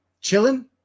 Chilling